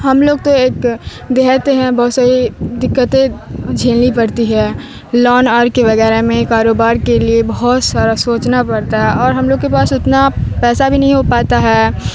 ہم لوگ تو ایک دیہاتی ہیں بہت سی دقتیں جھیلنی پڑتی ہے لون اور کے وغیرہ میں کاروبار کے لیے بہت سارا سوچنا پڑتا ہے اور ہم لوگ کے پاس اتنا پیسہ بھی نہیں ہو پاتا ہے